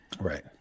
right